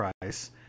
price